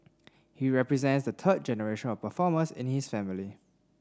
he represents the third generation of performers in his family